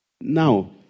Now